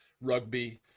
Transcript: rugby